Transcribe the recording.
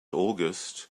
august